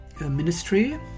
ministry